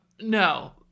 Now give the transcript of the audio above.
No